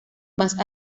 más